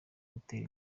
gutera